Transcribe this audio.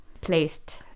placed